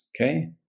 Okay